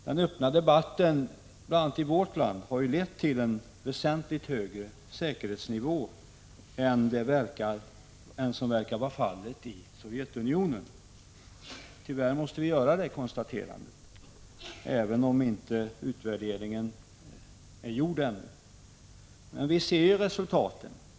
Den öppna debatten i bl.a. vårt land har ju lett till en väsentligt högre säkerhetsnivå än vad som verkar vara fallet i Sovjetunionen. Tyvärr måste vi göra det konstaterandet — även om inte utvärderingen är genomförd ännu. Men vi ser resultaten.